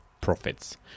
Profits